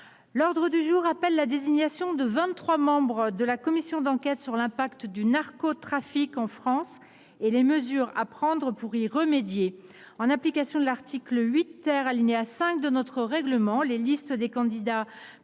L’ordre du jour appelle la désignation des vingt trois membres de la commission d’enquête sur l’impact du narcotrafic en France et les mesures à prendre pour y remédier. En application de l’article 8 , alinéa 5, de notre règlement, les listes des candidats